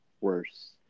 worse